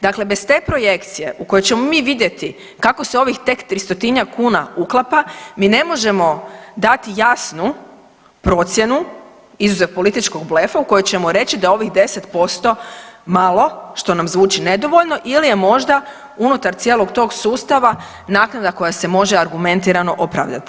Dakle, bez te projekcije u kojoj ćemo mi vidjeti kako se ovih tek tristotinjak kuna uklapa mi ne možemo dati jasnu procjenu izuzev političkog blefa u kojem ćemo reći da ovih 10% malo što nam zvuči nedovoljno ili je možda unutar cijelog tog sustava naknada koja se može argumentirano opravdati.